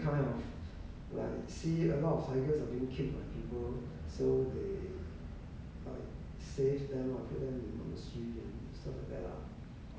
so saved a lot of ya